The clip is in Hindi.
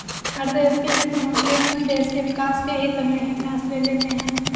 हर देश के वित्त मंत्री अपने देश के विकास के हित्त में ही फैसले लेते हैं